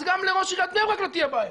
אז גם לראש עיריית בני ברק לא תהיה בעיה.